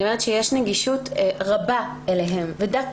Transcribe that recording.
ועדת